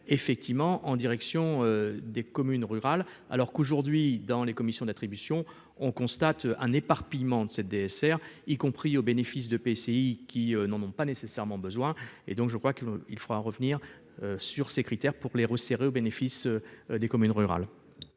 effectivement en direction des communes rurales, alors qu'aujourd'hui, dans les commissions d'attribution, on constate un éparpillement de 7 DSR y compris au bénéfice de PCI qui n'en ont pas nécessairement besoin et donc je crois que il faudra revenir sur ces critères pour les resserrer au bénéfice des communes rurales.